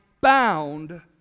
bound